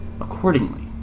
accordingly